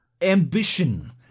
ambition